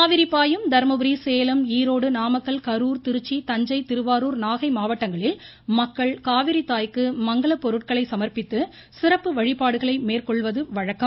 காவிரி பாயும் தர்மபுரி சேலம் ஈரோடு நாமக்கல் கரூர் திருச்சி தஞ்சை திருவாரூர் நாகை மாவட்டங்களில் மக்கள் காவிரித்தாய்க்கு மங்கலப் பொருட்களை சமர்ப்பித்து சிறப்பு வழிபாடுகளை மேற்கொள்வது வழக்கம்